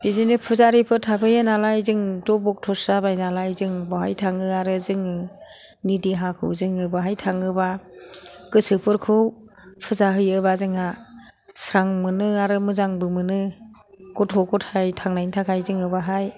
बिदिनो फुजारिफोर थाफैयो नालाय जोंथ' भक्ट'सो जाबाय नालाय जों बेवहाय थाङो आरो जोंनि देहाखौ जोङो बेवहाय थाङोब्ला गोसोफोरखौ फुजा होयोब्ला जोंहा स्रां मोनो आरो मोजांबो मोनो गथ' गथाइ थांनायनि थाखाय जोङो बेवहाय